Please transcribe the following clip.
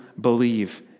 believe